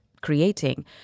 creating